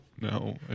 No